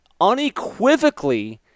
unequivocally